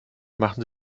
machen